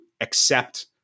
accept